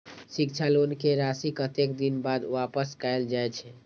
शिक्षा लोन के राशी कतेक दिन बाद वापस कायल जाय छै?